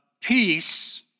peace